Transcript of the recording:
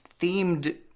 themed